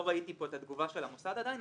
לא ראיתי פה את התגובה של המוסד עדיין,